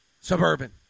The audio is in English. Suburban